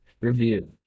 review